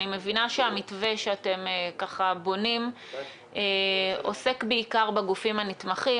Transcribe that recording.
אני מבינה שהמתווה שאתם בונים עוסק בעיקר בגופים הנתמכים.